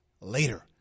later